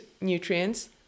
nutrients